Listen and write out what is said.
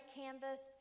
canvas